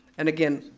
and again,